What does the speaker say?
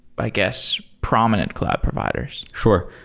i guess, prominent cloud providers? sure.